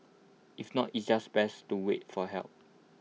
if not it's just best to wait for help